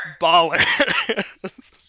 baller